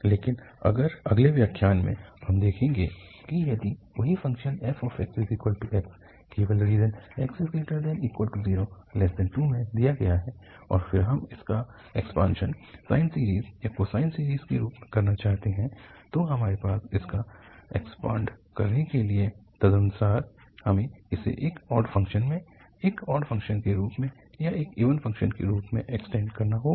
लेकिन अगले व्याख्यान में हम देखेंगे कि यदि वही फ़ंक्शन fxx केवल रीजन 0x2 में दिया गया है और फिर हम इसका एक्सपानशन साइन सीरीज़ या कोसाइन सीरीज़ के रूप में करना चाहते हैं तो हमारे पास इसका एक्सपानड करने के लिए तदनुसार है हमें इसे एक ऑड फ़ंक्शन में एक ऑड फ़ंक्शन के रूप में या एक इवन फ़ंक्शन के रूप में एक्सटेन्ड करना होगा